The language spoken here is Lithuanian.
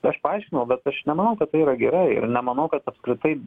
tai aš paaiškinau bet aš nemanau kad tai yra gerai ir nemanau kad apskritai